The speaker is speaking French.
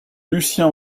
lucien